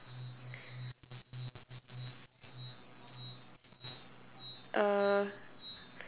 uh